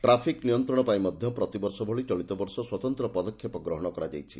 traffic ନିୟନ୍ତଶ ପାଇଁ ମଧ ପ୍ରତିବର୍ଷ ଭଳି ଚଳିତ ବର୍ଷ ସ୍ୱତନ୍ତ ପଦକ୍ଷେପ ଗ୍ରହଣ କରାଯାଇଛି